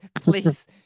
please